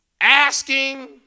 asking